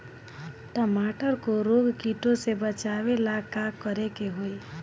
टमाटर को रोग कीटो से बचावेला का करेके होई?